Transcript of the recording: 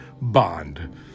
bond